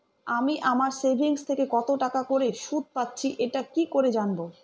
আমি আমার সেভিংস থেকে কতটাকা করে সুদ পাচ্ছি এটা কি করে জানব?